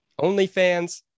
OnlyFans